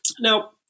Now